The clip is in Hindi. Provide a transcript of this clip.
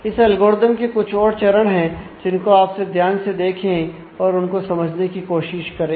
इस एल्गोरिदम के कुछ और चरण है जिनको आप ध्यान से देखें और उनको समझने की कोशिश करें